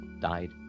died